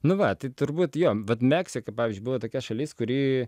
nu va tai turbūt jo vat meksika pavyzdžiui buvo tokia šalis kuri